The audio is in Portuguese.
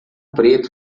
preto